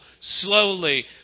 Slowly